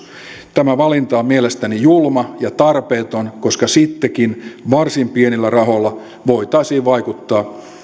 tämä valinta on mielestäni julma ja tarpeeton koska sittenkin varsin pienillä rahoilla voitaisiin vaikuttaa